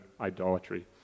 idolatry